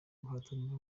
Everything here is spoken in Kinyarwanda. guhatana